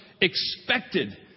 expected